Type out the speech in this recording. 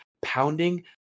pounding